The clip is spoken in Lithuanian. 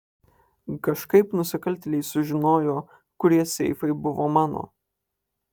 kažkaip nusikaltėliai sužinojo kurie seifai buvo mano